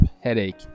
headache